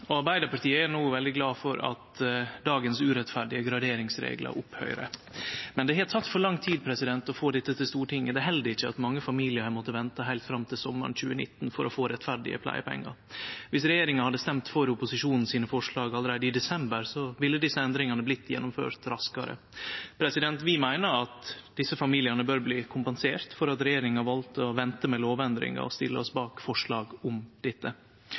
Arbeidarpartiet er veldig glad for at dei urettferdige graderingsreglane som er i dag, tek slutt. Men det har teke for lang tid å få dette til Stortinget. Det held ikkje at mange familiar har måtta vente heilt fram til sommaren 2019 for å få rettferdige pleiepengar. Viss regjeringa hadde stemt for forslaga frå opposisjonen allereie i desember, ville desse endringane ha vorte gjennomførte raskare. Vi meiner at desse familiane bør bli kompenserte for at regjeringa valde å vente med lovendringa, og vi stiller oss bak forslaget om